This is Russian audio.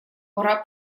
пора